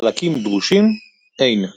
חלקים דרושים אין.